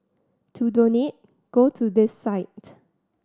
to donate go to this site